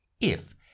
If